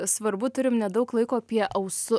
svarbu turim nedaug laiko apie ausu